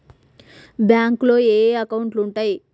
బ్యాంకులో ఏయే అకౌంట్లు ఉంటయ్?